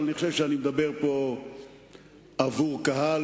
אבל אני חושב שאני מדבר פה בעבור קהל